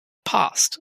past